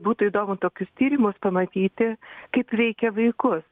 būtų įdomu tokius tyrimus pamatyti kaip veikia vaikus